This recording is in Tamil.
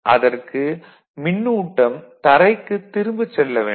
அதற்கு மின்னூட்டம் தரைக்கு திரும்பச் செல்ல வேண்டும்